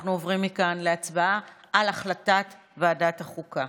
אנחנו עוברים מכאן להצבעה על הצעת ועדת החוקה.